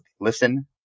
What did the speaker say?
listen